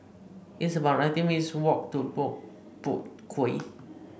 it's about nineteen minutes' walk to Boat Boat Quay